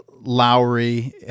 Lowry